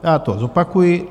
Já to zopakuji.